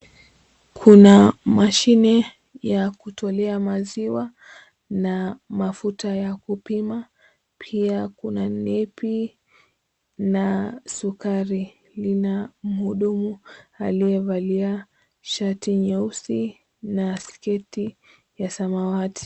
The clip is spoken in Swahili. Kuna mashine ya kutolea maziwa na mafuta ya kupima. Pia kuna nepi na sukari lina mhudumu aliyevalia shati nyeusi na sketi ya samawati.